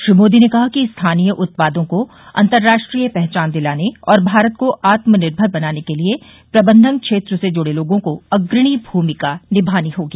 श्री मोदी ने कहा कि स्थानीय उत्पादों को अंतर्राष्ट्रीय पहचान दिलाने और भारत को आत्मनिर्भर बनाने के लिए प्रबंधन क्षेत्र से जुडे लोगों को अग्रणी भूमिका निभानी होगी